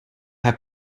have